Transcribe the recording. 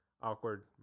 awkward